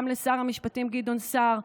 וגם לשר המשפטים גדעון סער,